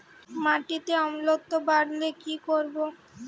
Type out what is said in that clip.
মাটিতে অম্লত্ব বাড়লে কি করব?